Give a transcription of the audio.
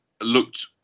looked